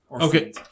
okay